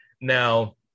now